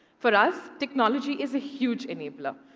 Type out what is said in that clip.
for us, technology is a huge enabler.